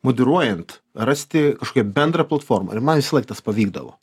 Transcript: moderuojant rasti kažkokią bendrą platformą ir man visąlaik tas pavykdavo